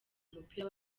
umupira